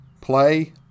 play